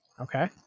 Okay